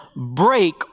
break